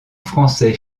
français